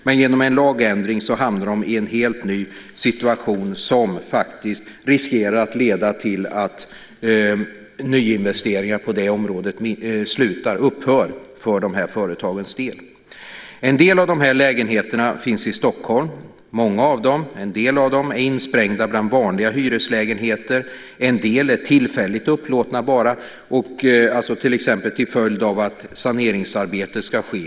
Men genom en lagändring hamnade de i en helt ny situation, som i praktiken riskerar att leda till att nyinvesteringar på det området upphör för dessa företag. En del av lägenheterna finns i Stockholm. En del av dem är insprängda bland vanliga hyreslägenheter, och en del är tillfälligt upplåtna till exempel till följd av att saneringsarbete ska ske.